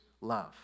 love